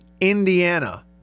Indiana